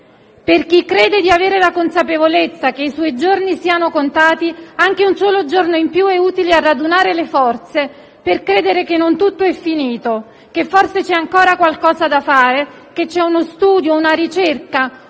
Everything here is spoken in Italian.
Per chi crede di avere la consapevolezza che i suoi giorni siano contati, anche un solo giorno in più è utile a radunare le forze per credere che non tutto è finito, che forse c'è ancora qualcosa da fare, che c'è uno studio, una ricerca,